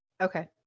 Okay